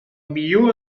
millor